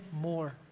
more